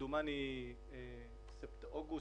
כמדומני אוגוסט,